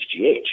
HGH